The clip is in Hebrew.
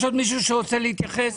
יש עוד מישהו שרוצה להתייחס?